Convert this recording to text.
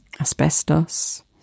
Asbestos